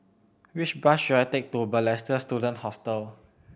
which bus should I take to Balestier Student Hostel